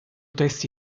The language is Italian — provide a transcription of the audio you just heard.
testi